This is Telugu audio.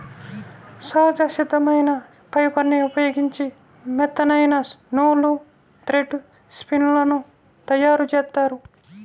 సహజ సిద్ధమైన ఫైబర్ని ఉపయోగించి మెత్తనైన నూలు, థ్రెడ్ స్పిన్ లను తయ్యారుజేత్తారు